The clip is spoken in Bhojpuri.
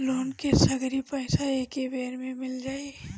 लोन के सगरी पइसा एके बेर में मिल जाई?